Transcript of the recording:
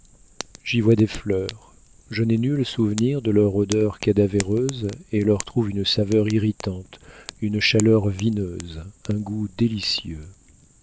j'y vois des fleurs je n'ai nul souvenir de leur odeur cadavéreuse et leur trouve une saveur irritante une chaleur vineuse un goût délicieux